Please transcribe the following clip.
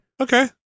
okay